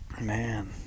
man